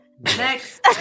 Next